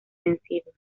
vencidos